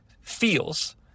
feels